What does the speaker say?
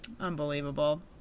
Unbelievable